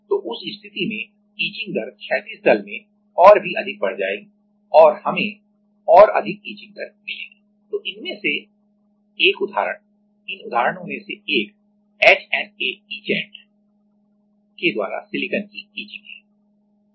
तो उस स्थिति में इचिंग दर क्षैतिज तल में और भी अधिक बढ़ जाएगी और हमें और अधिक इचिंग दर मिलेगी तो इनमें से एक उदाहरण इन उदाहरणों में से एक एचएनए ईचेंट HNA etchant के द्वारा सिलिकॉन की इचिंग है